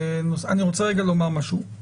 אני רוצה רגע לומר משהו,